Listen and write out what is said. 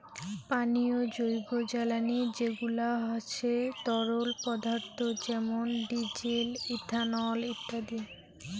পানীয় জৈবজ্বালানী যেগুলা হসে তরল পদার্থ যেমন ডিজেল, ইথানল ইত্যাদি